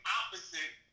opposite